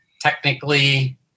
technically